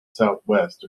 southwest